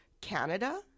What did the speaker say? Canada